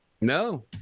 No